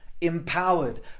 empowered